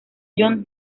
jon